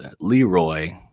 Leroy